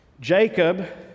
Jacob